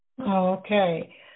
Okay